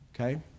Okay